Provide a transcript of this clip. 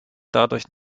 dadurch